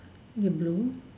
you blue